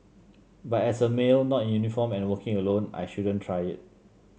but as a male not in uniform and working alone I shouldn't try it